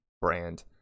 brand